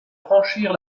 franchir